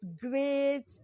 great